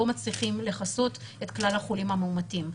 מצליחים לכסות את כלל החולים המאומתים.